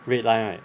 red line right